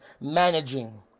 managing